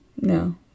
no